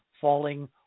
falling